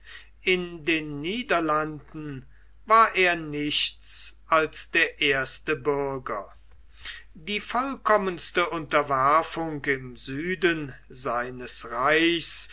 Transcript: in den niederlanden war er nichts als der erste bürger die vollkommenste unterwerfung im süden seinem reichs